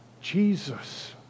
Jesus